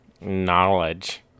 Knowledge